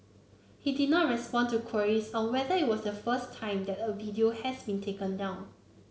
he did not respond to queries on whether it was the first time that a video has been taken down